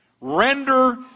render